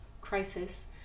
crisis